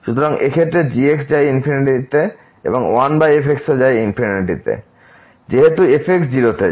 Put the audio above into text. সুতরাং এই ক্ষেত্রে এই g যায় এবং 1f ও যায় তে যেহেতু f 0 তে যায়